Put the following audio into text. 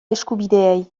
eskubideei